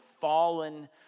fallen